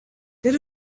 there